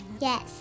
Yes